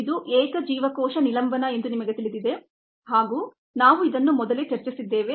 ಇದು single cell suspension ಎಂದು ನಮಗೆ ತಿಳಿದಿದೆ ಹಾಗೂ ನಾವು ಇದನ್ನು ಮೊದಲೇ ಚರ್ಚಿಸಿದ್ದೇವೆ